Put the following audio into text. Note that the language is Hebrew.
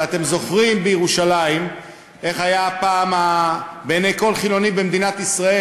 ואתם זוכרים איך היו פעם בעיני כל חילוני במדינת ישראל